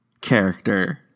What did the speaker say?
character